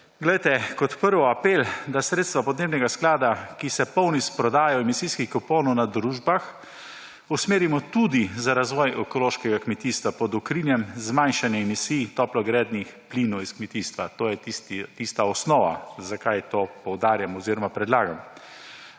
Kot prvo apel, da sredstva podnebnega sklada, ki se polni s prodajo emisijskih kuponov na družbah, usmerimo tudi v razvoj ekološkega kmetijstva pod okriljem zmanjšanja emisij toplogrednih plinov iz kmetijstva. To je tista osnova, zakaj to poudarjam oziroma predlagam.